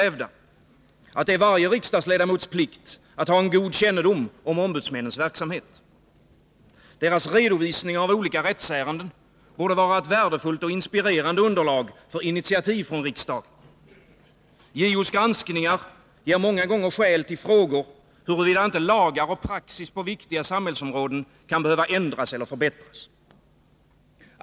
hävda att det är varje riksdagsledamots plikt att ha en god kännedom om ombudsmännens verksamhet. Deras redovisning av olika rättsärenden borde vara ett värdefullt och inspirerande underlag för initiativ från riksdagens sida. JO:s granskningar ger ofta skäl till frågor huruvida inte lagar och praxis på viktiga samhällsområden kan behöva ändras eller förbättras.